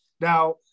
now